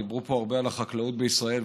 דיברו פה הרבה על החקלאות בישראל,